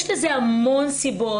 יש לזה המון סיבות.